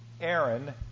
Aaron